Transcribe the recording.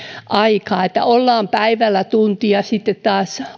aikaa jää ollaan aamupäivällä tunti ja sitten taas